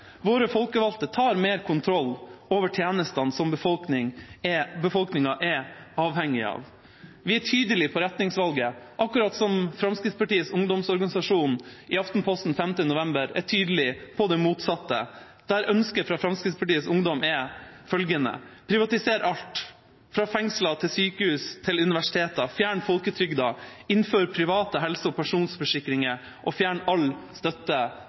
Våre folkevalgte tar mer kontroll over tjenestene som befolkningen er avhengig av. Vi er tydelige på retningsvalget, akkurat som Fremskrittspartiets ungdomsorganisasjon i Aftenposten 5. september er tydelige på det motsatte. Ønsket fra Fremskrittspartiets ungdom er følgende: «Privatiser alt fra fengsler og sykehus til universiteter. Fjern folketrygden. Innfør private helse- og pensjonsforsikringer – og fjern all støtte